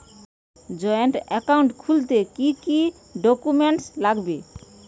Joint account খুলতে কি কি ডকুমেন্টস লাগবে?